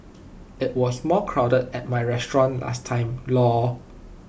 IT was more crowded at my restaurant last time lor